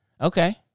Okay